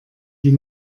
die